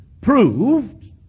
proved